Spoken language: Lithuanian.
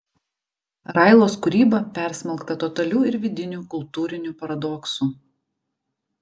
railos kūryba persmelkta totalių ir vidinių kultūrinių paradoksų